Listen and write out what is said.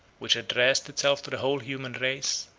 which addressed itself to the whole human race,